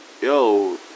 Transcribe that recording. yo